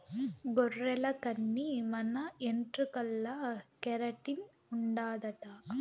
గొర్రెల కన్ని మన ఎంట్రుకల్ల కెరటిన్ ఉండాదట